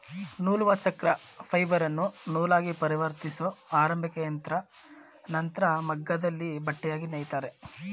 ನೂಲುವಚಕ್ರ ಫೈಬರನ್ನು ನೂಲಾಗಿಪರಿವರ್ತಿಸೊ ಆರಂಭಿಕಯಂತ್ರ ನಂತ್ರ ಮಗ್ಗದಲ್ಲಿ ಬಟ್ಟೆಯಾಗಿ ನೇಯ್ತಾರೆ